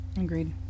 Agreed